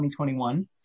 2021